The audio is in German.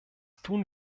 tun